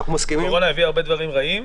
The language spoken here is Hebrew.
הקורונה הביאה הרבה דברים רעים,